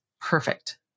perfect